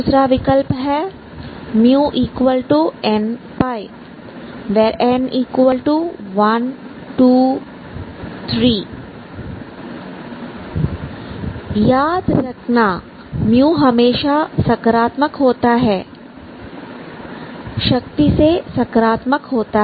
दूसरा विकल्प है μnπ n123 याद रखना हमेशा सकारात्मक होता है सख्ती से सकारात्मक होता है